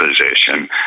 position